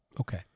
okay